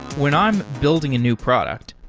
when i'm building a new product,